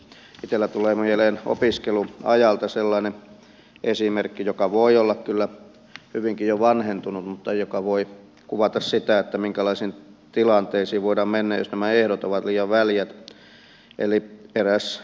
itselläni tulee mieleen opiskeluajalta sellainen esimerkki joka voi olla kyllä hyvinkin jo vanhentunut mutta joka voi kuvata sitä minkälaisiin tilanteisiin voidaan mennä jos nämä ehdot ovat liian väljät